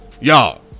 y'all